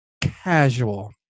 casual